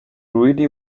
really